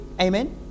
Amen